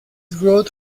growth